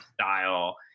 style